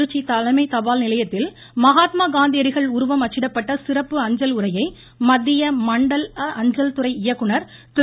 திருச்சி தலைமை தபால் நிலையத்தில் மகாத்மா காந்தியடிகள் உருவம் அச்சிடப்பட்ட சிறப்பு அஞ்சல் உரையை மத்திய மண்டல அஞ்சல் துறை இயக்குநர் திரு